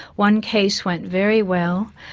one case went very well,